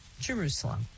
Jerusalem